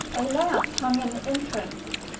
a lamp hung in the entrance,